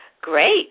Great